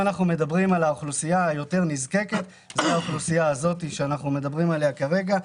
האוכלוסייה היותר נזקקת היא האוכלוסייה שאנחנו מדברים עליה כרגע.